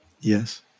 Yes